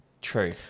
True